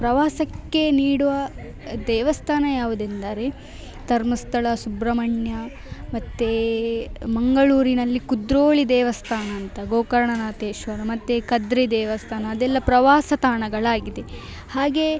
ಪ್ರವಾಸಕ್ಕೆ ನೀಡುವ ದೇವಸ್ಥಾನ ಯಾವುದೆಂದರೆ ಧರ್ಮಸ್ಥಳ ಸುಬ್ರಹ್ಮಣ್ಯ ಮತ್ತು ಮಂಗಳೂರಿನಲ್ಲಿ ಕುದ್ರೋಳಿ ದೇವಸ್ಥಾನ ಅಂತ ಗೋಕರ್ಣನಾಥೇಶ್ವರ ಮತ್ತು ಕದ್ರಿ ದೇವಸ್ಥಾನ ಅದೆಲ್ಲ ಪ್ರವಾಸ ತಾಣಗಳಾಗಿದೆ ಹಾಗೇ